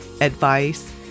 advice